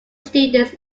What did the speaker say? students